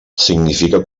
significa